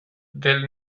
del